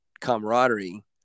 camaraderie